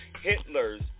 Hitler's